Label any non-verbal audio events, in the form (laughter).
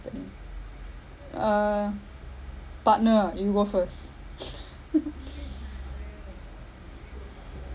bennie uh partner you go first (noise) (laughs)